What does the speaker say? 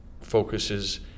focuses